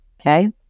Okay